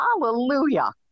Hallelujah